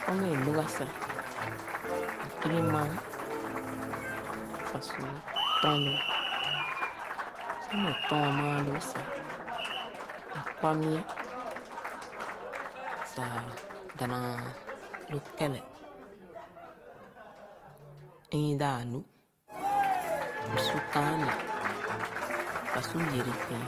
Sor meh lōga sah m’ibi maa sah su lɔ̄n lōō. Sor māā tɔn maa loo sah, m’kura mia sah dana lō kɛrɛ inghi daa-lu sah m’su kāāni sah su yerekēn,